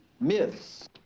myths